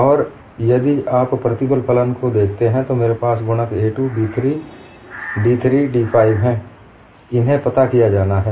और यदि आप प्रतिबल फलन को देखते हैं तो मेरे पास गुणांक a 2 b 3 d 3 d 5 हैं इन्हें पता किया जाना है